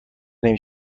نمی